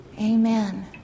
Amen